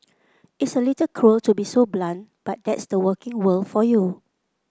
it's a little cruel to be so blunt but that's the working world for you